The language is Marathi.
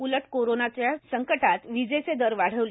उलट कोरोनाचा संकटात विजेचे दर वाढवले